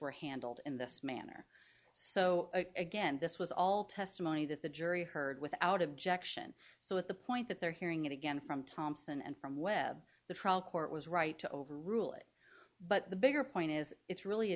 were handled in this manner so again this was all testimony that the jury heard without objection so at the point that they're hearing it again from thompson and from webb the trial court was right to over rule it but the bigger point is it's really a